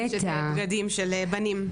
היא סתם לובשת בגדים של בנים.